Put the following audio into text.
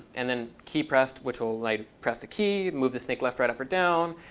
and then keypressed, which will like press a key, move the snake left, right, up, or down.